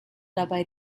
dabei